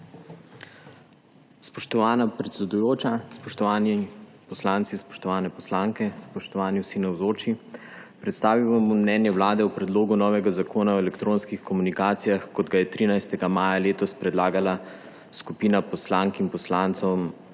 Spoštovana predsedujoča, spoštovani poslanci, spoštovane poslanke, spoštovani vsi navzoči! Predstavil vam bom mnenje vlade o predlogu novega zakona o elektronskih komunikacijah, kot ga je 13. maja letos predlagala skupina poslank in poslancev